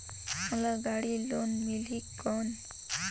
मोला गाड़ी लोन मिलही कौन?